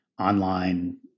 online